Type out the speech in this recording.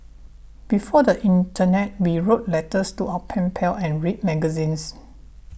before the internet we wrote letters to our pen pals and read magazines